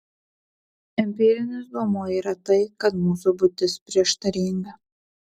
empirinis duomuo yra tai kad mūsų būtis prieštaringa